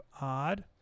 odd